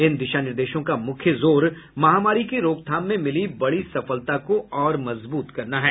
इन दिशा निर्देशों का मुख्य जोर महामारी की रोकथाम में मिली बड़ी सफलता को और मजबूत करना है